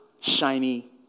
shiny